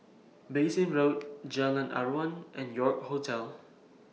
Bassein Road Jalan Aruan and York Hotel